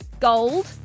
gold